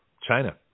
China